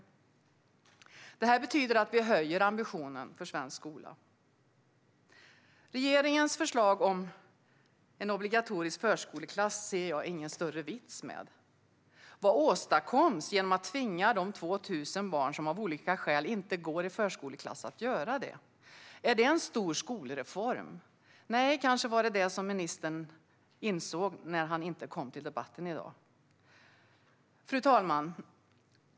Det betyder att vi höjer ambitionerna i svensk skola. Regeringens förslag om en obligatorisk förskoleklass ser jag ingen större vits med. Vad åstadkoms genom att tvinga de 2 000 barn som av olika skäl inte går i förskoleklass att göra det? Är det en stor skolreform? Nej, kanske var det detta ministern insåg när han inte kom till dagens debatt. Fru talman!